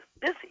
busy